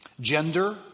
Gender